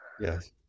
Yes